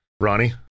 Ronnie